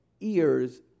ears